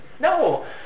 No